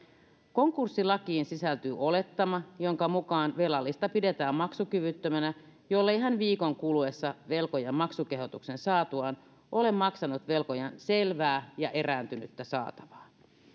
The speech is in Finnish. konkurssilakiin sisältyy olettama jonka mukaan velallista pidetään maksukyvyttömänä jollei hän viikon kuluessa velkojan maksukehotuksen saatuaan ole maksanut velkojan selvää ja erääntynyttä saatavaa